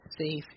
safe